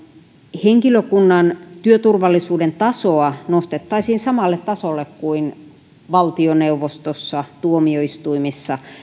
henkilökunnan työturvallisuuden tasoa nostettaisiin samalle tasolle kuin valtioneuvostossa tuomioistuimissa